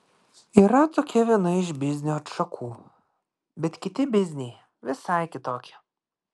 yra tokia viena iš biznio atšakų bet kiti bizniai visai kitokie